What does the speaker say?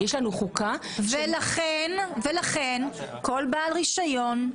יש לנו חוקה --- ולכן כל בעל רישיון,